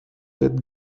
with